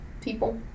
People